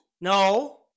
No